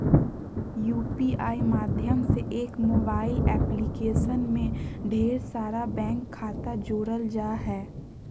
UPI माध्यम से एक मोबाइल एप्लीकेशन में ढेर सारा बैंक खाता जोड़ल जा हय